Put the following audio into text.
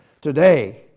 Today